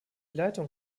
leitung